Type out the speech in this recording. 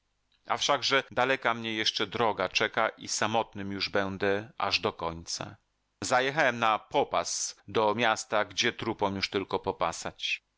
a wszakże daleka mnie jeszcze droga czeka i samotnym już będę aż do końca zajechałem na popas do miasta gdzie trupom już tylko popasać